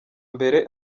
mbere